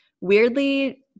weirdly